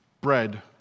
bread